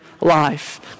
life